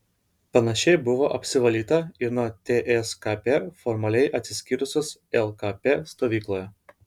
panašiai buvo apsivalyta ir nuo tskp formaliai atsiskyrusios lkp stovykloje